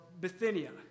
Bithynia